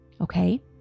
okay